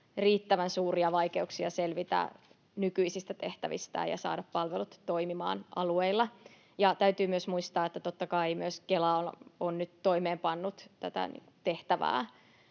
riittävän suuria vaikeuksia selvitä nykyisistä tehtävistään ja saada palvelut toimimaan alueilla. Täytyy myös muistaa, että totta kai myös Kela on nyt toimeenpannut tätä tehtävää